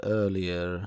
earlier